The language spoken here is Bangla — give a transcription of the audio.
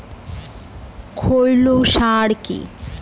খৈল সার কি?